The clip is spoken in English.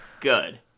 good